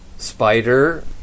Spider